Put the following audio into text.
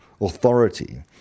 authority